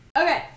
okay